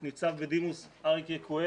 את ניצב בדימוס אריק יקואל,